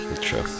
True